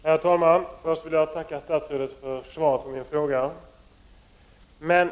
Herr talman! Jag tackar statsrådet för svaret på min fråga.